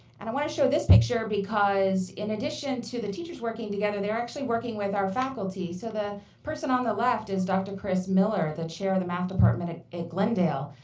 and i want to show this picture, because in addition to the teachers working together, they are actually working with our faculty, so the person on the left is dr. chris miller, the chair of the math department at glendale.